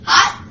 Hot